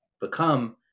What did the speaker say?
become